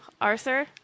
Arthur